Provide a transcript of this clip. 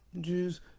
Jews